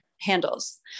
handles